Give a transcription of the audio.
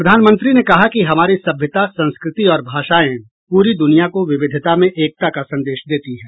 प्रधानमंत्री ने कहा कि हमारी सभ्यता संस्कृति और भाषाएं पूरी दुनिया को विविधता में एकता का संदेश देती हैं